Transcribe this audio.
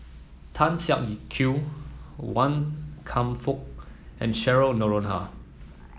Tan Kew Wan Kam Fook and Cheryl Noronha